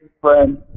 friend